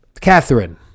Catherine